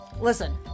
Listen